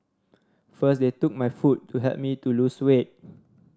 first they took my food to help me to lose weight